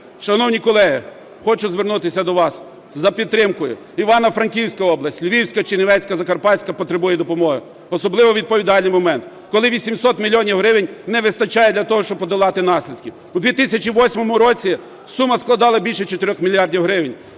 Шановні колеги, хочу звернутися до вас за підтримкою. Івано-Франківська область, Львівська, Чернівецька, Закарпатська потребують допомоги, особливо у відповідальний момент, коли 800 мільйонів гривень не вистачає для того, щоб подолати наслідки. У 2008 році сума складала більше чотирьох мільярдів гривень.